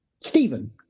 stephen